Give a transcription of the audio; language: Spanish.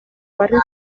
barrio